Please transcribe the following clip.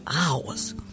hours